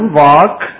walk